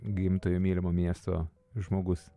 gimtojo mylimo miesto žmogus